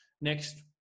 next